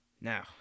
Now